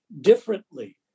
differently